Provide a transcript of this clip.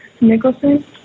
Nicholson